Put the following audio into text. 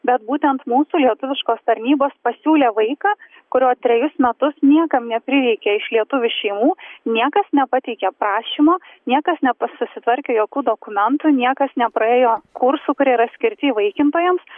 bet būtent mūsų lietuviškos tarnybos pasiūlė vaiką kurio trejus metus niekam neprireikė iš lietuvių šeimų niekas nepateikė prašymo niekas nepa susitvarkė jokių dokumentų niekas nepraėjo kursų kurie yra skirti įvaikintojams